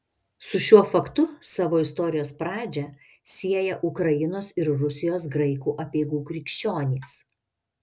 su šiuo faktu savo istorijos pradžią sieją ukrainos ir rusijos graikų apeigų krikščionys